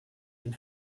and